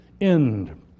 end